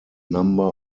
number